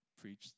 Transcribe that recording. preach